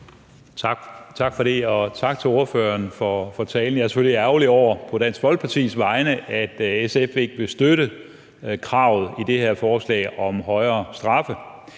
Tak for det, og tak til ordføreren for talen. Jeg er selvfølgelig på Dansk Folkepartis vegne ærgerlig over, at SF ikke vil støtte kravet i det her forslag om højere straffe.